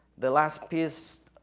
the last piece,